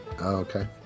Okay